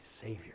Savior